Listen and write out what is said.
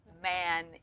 man